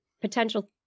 potential